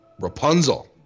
Rapunzel